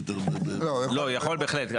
לא, יכול בהחלט.